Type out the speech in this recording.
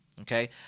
Okay